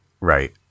Right